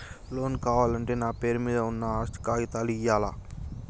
Loan కావాలంటే నా పేరు మీద ఉన్న ఆస్తి కాగితాలు ఇయ్యాలా?